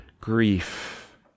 grief